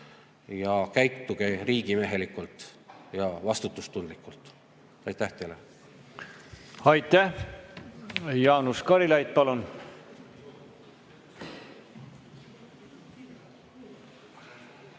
Käituge riigimehelikult ja vastutustundlikult! Aitäh teile! Aitäh! Jaanus Karilaid, palun! Aitäh!